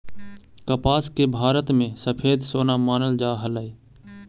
कपास के भारत में सफेद सोना मानल जा हलई